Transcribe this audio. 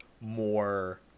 more